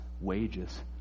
wages